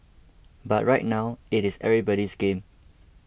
but right now it is everybody's game